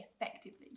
effectively